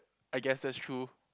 I guess that's true